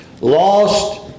lost